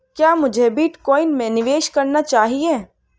क्या मुझे बिटकॉइन में निवेश करना चाहिए?